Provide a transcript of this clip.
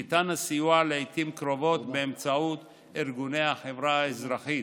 ניתן הסיוע לעיתים קרובות באמצעות ארגוני החברה האזרחית